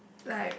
like